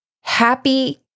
Happy